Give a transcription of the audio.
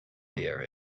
hear